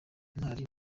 ntwari